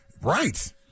Right